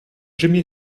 jimi